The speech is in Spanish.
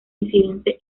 incidente